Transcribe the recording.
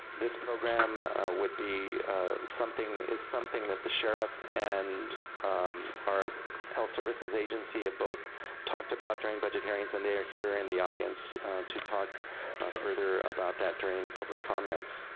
this program would be something, is something that the sheriff and our health services agency have both talked about during budget hearings and they are here in the audience to talk further about that during public comments.